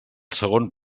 segon